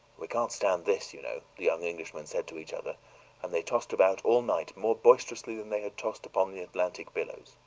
we can't stand this, you know, the young englishmen said to each other and they tossed about all night more boisterously than they had tossed upon the atlantic billows.